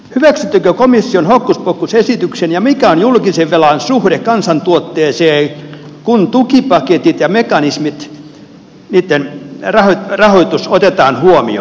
hyväksyttekö komission hokkuspokkusesityksen ja mikä on julkisen velan suhde kansantuotteeseen kun tukipaketit ja mekanismit niitten rahoitus otetaan huomioon